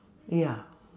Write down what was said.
ya